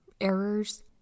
errors